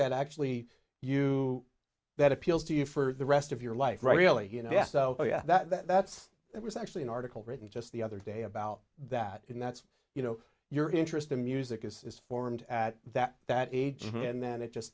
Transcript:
that actually you that appeals to you for the rest of your life right really you know yes oh yeah that's that was actually an article written just the other day about that and that's you know your interest in music is is formed at that that age and then it just